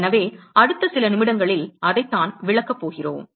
எனவே அடுத்த சில நிமிடங்களில் அதைத்தான் விளக்கப் போகிறோம்